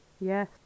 Yes